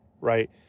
right